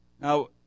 Now